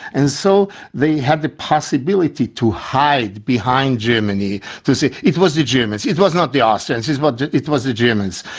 and so they had the possibility to hide behind germany, to say it was the germans, it was not the austrians, but it it was the germans.